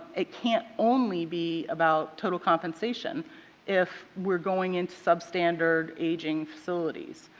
it can't only be about total compensation if we are going in sub standard aging facilities.